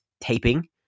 taping